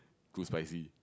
too spicy